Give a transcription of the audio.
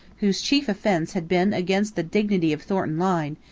whose chief offence had been against the dignity of thornton lyne,